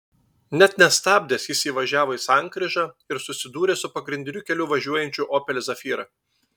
net nestabdęs jis įvažiavo į sankryžą ir susidūrė su pagrindiniu keliu važiuojančiu opel zafira